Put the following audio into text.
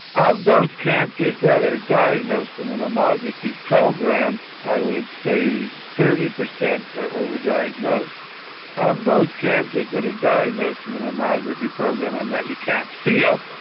out of those cancers that are diagnosed in a mammography program i would say thirty percent are over-diagnosed. out of those cancers that are diagnosed in a mammography program and that you can't feel,